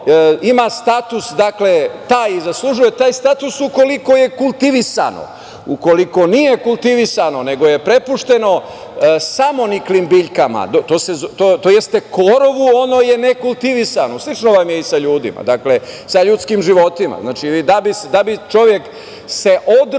poljoprivredno dobro zaslužuje taj status ukoliko je kultivisano. Ukoliko nije kultivisano, nego je prepušteno samoniklim biljkama, tj. korovu, ono je nekultivisano. Slično vam je i sa ljudima, dakle, sa ljudskim životima. Znači, da bi se čovek održao